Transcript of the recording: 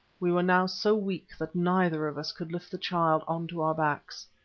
we were now so weak that neither of us could lift the child on to our backs.